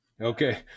Okay